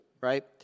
right